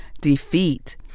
Defeat